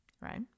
right